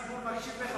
הציבור מקשיב לך,